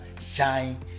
shine